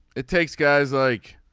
it takes guys like